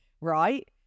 Right